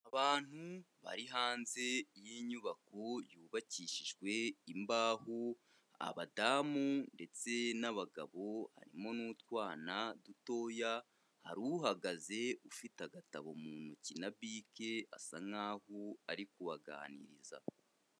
Abantu bari hanze y'inyubako yubakishijwe imbaho, abadamu ndetse n'abagabo, harimo n'utwana dutoya, hari uhagaze, ufite agatabo mu ntoki na bike, asa nkaho ari kubaganiriza.